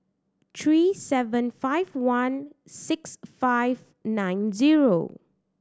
three seven five one six five nine zero